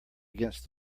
against